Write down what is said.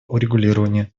урегулирования